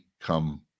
come